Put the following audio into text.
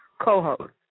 co-host